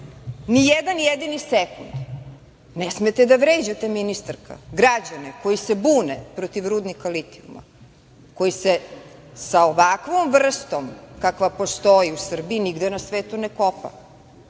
Nijedan jedini sekund ne smete da vređate, ministarka, građane koji se bude protiv rudnika litijuma, koji se sa ovakvom vrstom kakva postoji u Srbiji nigde na svetu ne kopa.